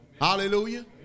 Hallelujah